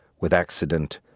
with accident,